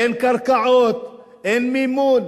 אין קרקעות, אין מימון.